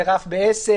זה רף בעסק,